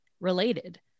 related